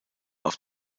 auf